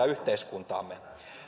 yhteiskuntaamme